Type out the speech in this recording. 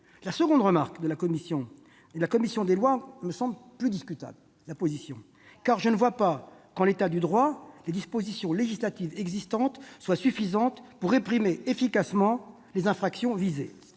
volet des critiques de la commission des lois me semble plus discutable, car je ne crois pas que, en l'état du droit, les dispositions législatives existantes soient suffisantes pour réprimer efficacement la majorité des infractions visées.